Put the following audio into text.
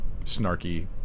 snarky